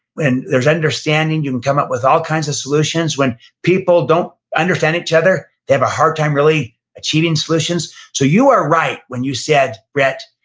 when there's understanding, you can come up with all kinds of solutions. when people don't understand each other, they have a hard time really achieving solutions. so you are right when you said, brett,